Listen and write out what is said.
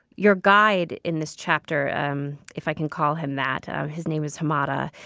your guide in this chapter um if i can call him that his name is hamada.